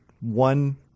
one